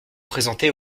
présentés